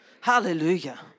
Hallelujah